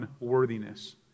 unworthiness